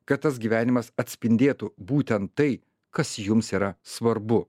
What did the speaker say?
kad tas gyvenimas atspindėtų būtent tai kas jums yra svarbu